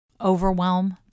overwhelm